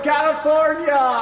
California